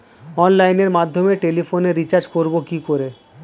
অনলাইনের মাধ্যমে টেলিফোনে রিচার্জ করব কি করে?